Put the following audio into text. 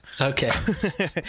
Okay